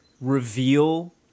reveal